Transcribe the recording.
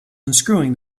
unscrewing